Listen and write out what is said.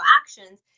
actions